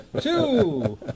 two